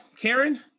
Karen